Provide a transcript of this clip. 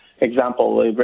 example